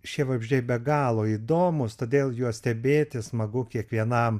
šie vabzdžiai be galo įdomūs todėl juos stebėti smagu kiekvienam